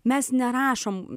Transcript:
mes nerašome